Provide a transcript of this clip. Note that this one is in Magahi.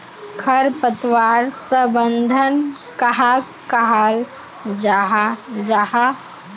खरपतवार प्रबंधन कहाक कहाल जाहा जाहा?